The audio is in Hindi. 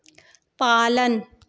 पालन